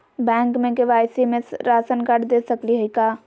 Bank में KYC में राशन कार्ड दे सकली हई का?